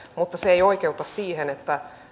mutta se ei oikeuta siihen että